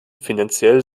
finanziell